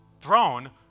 throne